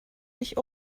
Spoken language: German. nicht